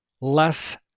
less